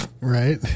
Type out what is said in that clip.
right